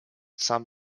some